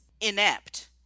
inept